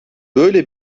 böyle